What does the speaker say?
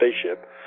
spaceship